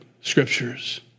scriptures